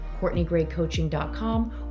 CourtneyGrayCoaching.com